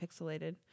pixelated